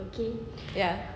ya